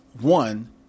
one